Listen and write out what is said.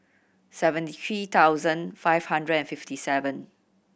seventy three thousand five hundred and fifty seven